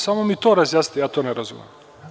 Samo mi to razjasnite, to ne razumem.